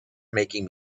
making